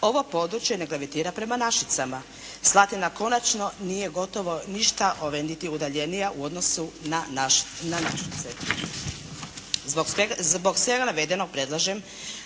ovo područje ne gravitira prema Našicama. Slatina konačno nije gotovo ništa niti udaljenija u odnosu na Našice.